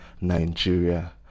Nigeria